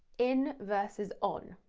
in versus on.